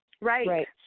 Right